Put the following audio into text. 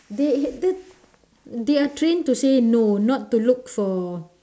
they th~ they are trained to say no not to look for